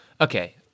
Okay